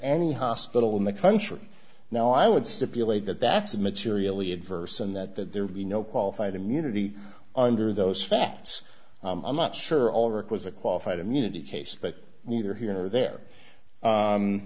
any hospital in the country now i would stipulate that that's materially adverse and that that there be no qualified immunity under those facts i'm not sure alric was a qualified immunity case but neither here or there